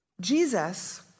Jesus